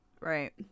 right